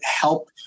help